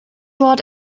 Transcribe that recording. wort